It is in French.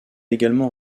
également